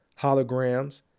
holograms